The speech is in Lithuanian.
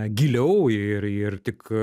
giliau ir ir tik